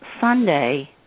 Sunday